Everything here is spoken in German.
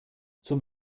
zum